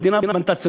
המדינה בנתה צריפים,